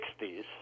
60s